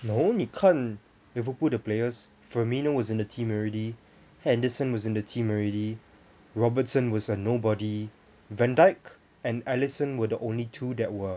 no 你看 Liverpool 的 players firmino was in the team already henderson was in the team already robertson was a nobody van dijk and alisson were the only two that were